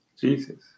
Jesus